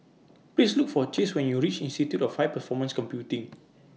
Please Look For Chase when YOU REACH Institute of High Performance Computing